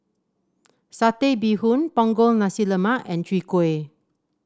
Satay Bee Hoon Punggol Nasi Lemak and Chwee Kueh